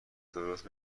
درست